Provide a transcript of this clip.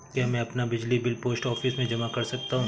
क्या मैं अपना बिजली बिल पोस्ट ऑफिस में जमा कर सकता हूँ?